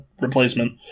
Replacement